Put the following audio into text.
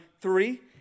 three